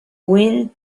wind